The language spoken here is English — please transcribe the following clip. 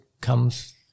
comes